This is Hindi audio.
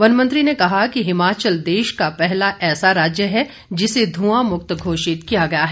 वनमंत्री ने कहा कि हिमाचल देश का पहला ऐसा राज्य है जिसे ध्रआं मुक्त घोषित किया गया है